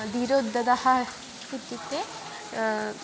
धीरोद्धतः इत्युक्ते